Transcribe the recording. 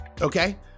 Okay